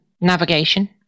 navigation